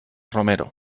romero